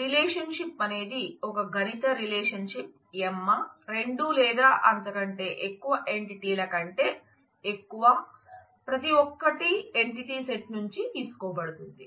relationship అనేది ఒక గణిత రిలేషన్షిప్ emma రెండు లేదా అంతకంటే ఎక్కువ ఎంటిటీల కంటే ఎక్కువ ప్రతి ఒక్కటి ఎంటిటీ సెట్ నుండి తీసుకోబడింది